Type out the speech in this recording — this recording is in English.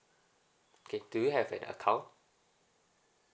okay do you have an account